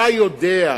אתה יודע,